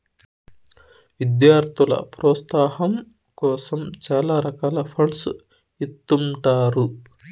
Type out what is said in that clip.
విద్యార్థుల ప్రోత్సాహాం కోసం చాలా రకాల ఫండ్స్ ఇత్తుంటారు